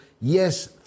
yes